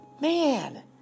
Man